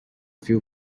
few